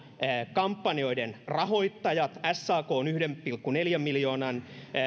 kampanjoiden rahoittajat sakn yhden pilkku neljän miljoonan